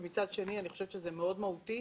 אבל זה מאוד מהותי.